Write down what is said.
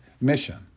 mission